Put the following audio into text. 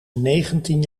negentien